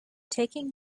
taking